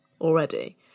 already